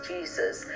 Jesus